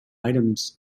items